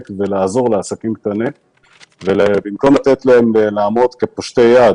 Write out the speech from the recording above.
ולעזור לעסקים קטנים במקום לתת להם לעמוד כפושטי יד